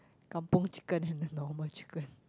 kampung chicken and the normal chicken